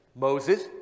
Moses